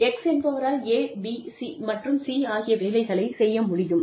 X என்பவரால் A B மற்றும் C ஆகிய வேலைகளைச் செய்ய முடியும்